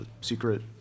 secret